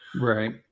Right